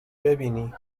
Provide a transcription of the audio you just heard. ببینی